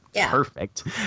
Perfect